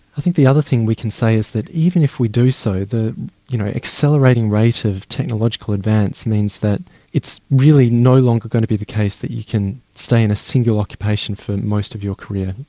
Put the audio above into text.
i think the other thing we can say is that even if we do so, the you know accelerating rate of technological advance means that it's really no longer going to be the case that you can stay in a single occupation for most of your career.